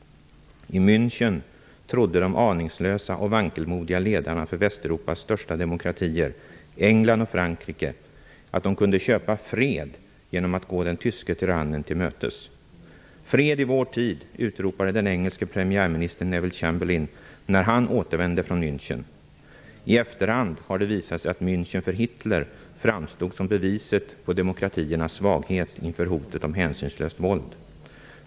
I München trodde de aningslösa och vankelmodiga ledarna för Västeuropas största demokratier, England och Frankrike, att de kunde köpa fred genom att gå den tyske tyrannen till mötes. ''Fred i vår tid'' utropade den engelske premiärministern Neville Chamberlain, när han återvände från München. I efterhand har det visat sig att München för Hitler framstod som beviset på demokratiernas svaghet inför hotet om hänsynslöst våld.